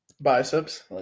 biceps